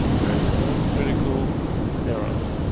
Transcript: there is no critical errors.